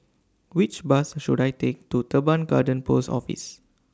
Which Bus should I Take to Teban Garden Post Office